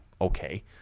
okay